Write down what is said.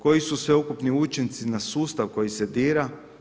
Koji su sveukupni učinci na sustav koji se dira?